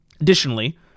Additionally